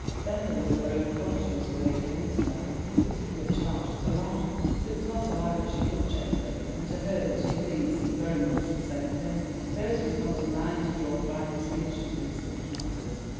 then there was her own conscience arrayed against her. this particular charge was a lie, but it was not a lie that she loved geoffrey, and to her the two things seemed very much the same thing. hers was not a mind to draw fine distinctions in such matters.